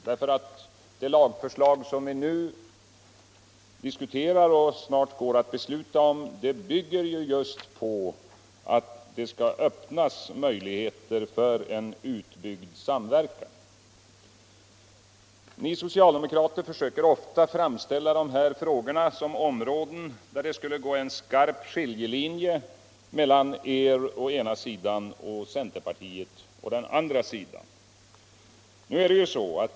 Det lagförslag som vi nu diskuterar och snart går att besluta om bygger ju just på att det skall öppnas möjligheter för en utbyggd samverkan. Ni socialdemokrater försöker ofta framställa de här frågorna som områden där det går en skarp skiljelinje mellan er å ena sidan och centerpartiet å andra sidan.